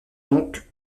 donc